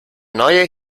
neue